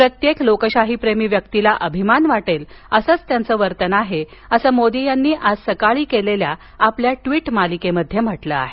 प्रत्येक लोकशाहीप्रेमी व्यक्तीला अभिमान वाटेल असंचं त्यांचं वर्तन आहे असं मोदी यांनी आज सकाळी केलेल्या आपल्या ट्वीट मालिकेमध्ये म्हटलं आहे